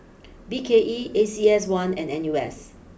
B K E A C S one and N U S